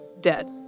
dead